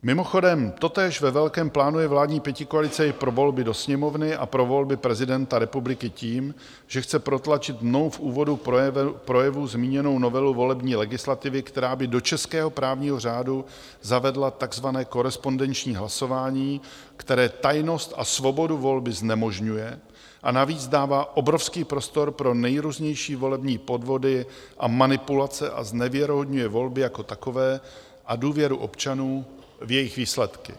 Mimochodem, totéž ve velkém plánuje vládní pětikoalice i pro volby do Sněmovny a pro volby prezidenta republiky tím, že chce protlačit mnou v úvodu projevu zmíněnou novelu volební legislativy, která by do českého právního řádu zavedla takzvané korespondenční hlasování, které tajnost a svobodu volby znemožňuje, a navíc dává obrovský prostor pro nejrůznější volební podvody a manipulace a znevěrohodňuje volby jako takové a důvěru občanů v jejich výsledky.